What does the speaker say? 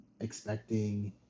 expecting